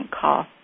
call